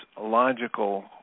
logical